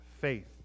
faith